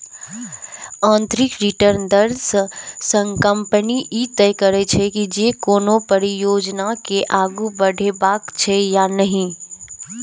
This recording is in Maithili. आंतरिक रिटर्न दर सं कंपनी ई तय करै छै, जे कोनो परियोजना के आगू बढ़ेबाक छै या नहि